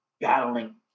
battling